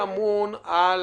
שאמור על